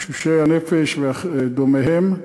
תשושי הנפש ודומיהם,